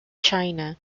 china